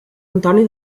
antoni